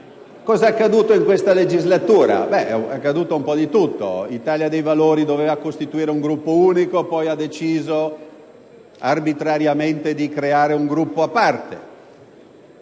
Cosa è accaduto in questa legislatura? È accaduto di tutto: l'Italia dei Valori doveva costituire un Gruppo unico, poi ha deciso arbitrariamente di creare un Gruppo a parte.